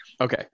Okay